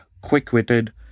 quick-witted